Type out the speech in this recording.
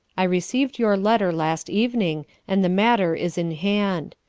i received your letter last evening, and the matter is in hand.